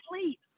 sleep